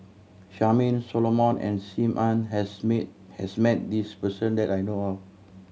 Charmaine Solomon and Sim Ann has mate has met this person that I know of